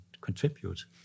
contribute